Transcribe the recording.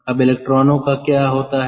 अब इलेक्ट्रॉनों का क्या होता है